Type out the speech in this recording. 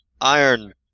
iron